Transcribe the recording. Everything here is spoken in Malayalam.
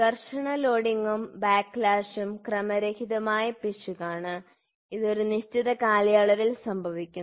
ഘർഷണ ലോഡിംഗും ബാക്ക്ലാഷും ക്രമരഹിതമായ പിശകാണ് ഇത് ഒരു നിശ്ചിത കാലയളവിൽ സംഭവിക്കുന്നു